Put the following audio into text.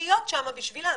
להיות שם בשבילם.